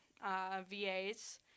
VA's